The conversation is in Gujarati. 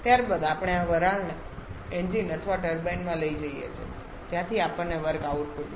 ત્યારબાદ આપણે આ વરાળને એન્જિન અથવા ટર્બાઈનમાં લઈ જઈએ છીએ જ્યાંથી આપણને વર્ક આઉટપુટ મળે છે